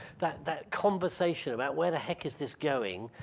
that that conversation about where the heck is this going?